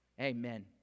Amen